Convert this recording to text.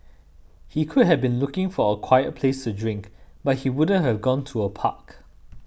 he could have been looking for a quiet place to drink but he wouldn't have gone to a park